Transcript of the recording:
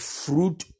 fruit